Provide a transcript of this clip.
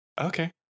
Okay